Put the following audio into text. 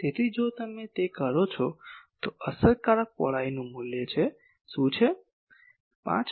તેથી જો તમે તે કરો છો તો અસરકારક પહોળાઈનું મૂલ્ય શું છે 5